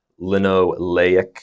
linoleic